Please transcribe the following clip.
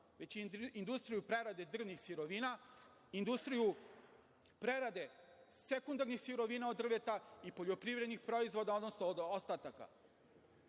već i industriju prerade drvnih sirovina, industriju prerade sekundarnih sirovina od drveta i poljoprivrednih proizvoda, odnosno od ostataka.